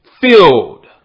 filled